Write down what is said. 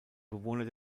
bewohner